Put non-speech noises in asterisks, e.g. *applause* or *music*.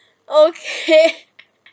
okay *laughs*